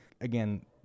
Again